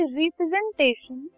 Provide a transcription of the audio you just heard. representation